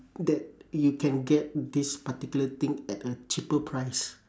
that you can get this particular thing at a cheaper price